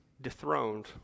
dethroned